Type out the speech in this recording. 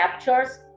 captures